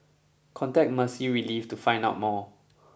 contact Mercy Relief to find out more